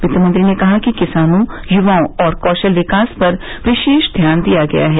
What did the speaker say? वित्त मंत्री ने कहा कि किसानों युवाओं और कौशल विकास पर विशेष ध्यान दिया गया है